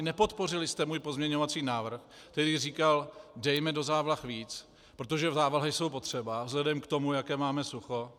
Nepodpořili jste můj pozměňovací návrh, který říkal: dejme do závlah víc, protože závlahy jsou potřeba vzhledem k tomu, jaké máme sucho.